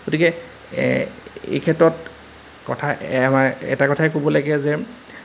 গতিকে এই ক্ষেত্ৰত কথা আমাৰ এটা কথাই ক'ব লাগে যে